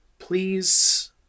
please